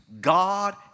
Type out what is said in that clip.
God